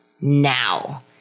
now